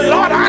Lord